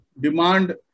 demand